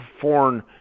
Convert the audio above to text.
foreign